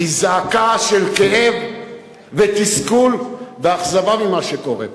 היא זעקה של כאב ותסכול ואכזבה ממה שקורה פה.